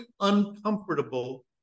uncomfortable